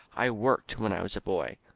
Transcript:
i worked when i was a boy.